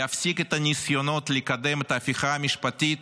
להפסיק את הניסיונות לקדם את ההפיכה המשפטית,